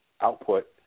output